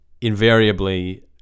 invariably